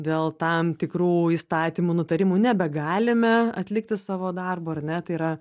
dėl tam tikrų įstatymų nutarimų nebegalime atlikti savo darbo ar ne tai yra